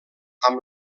amb